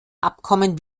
abkommen